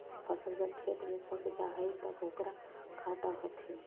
फसल जब खेत में पक जा हइ तब ओकरा काटऽ हथिन